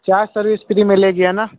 चार service free मिलेगी है ना